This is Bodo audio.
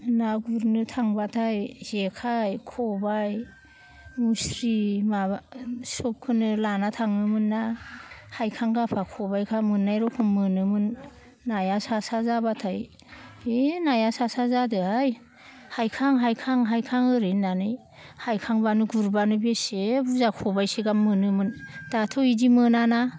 ना गुरनो थांब्लाथाय जेखाइ खबाइ मुस्रि माबा सबखोनो लाना थाङोमोनना हायखांगाफा खबाइफा मोननाय रखम मोनोमोन नाया सा सा जाब्लाथाय बे नाया सा सा जादोहाय हायखां हायखां हायखां ओरै होननानै हायखांब्लानो गुरब्लानो बेसे बुरजा खबाइसे गाहाम मोनोमोन दाथ' इदि मोनाना